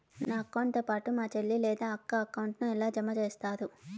నా అకౌంట్ తో పాటు మా చెల్లి లేదా అక్క అకౌంట్ ను ఎలా జామ సేస్తారు?